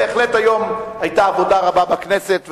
בהחלט היום היתה עבודה רבה בכנסת,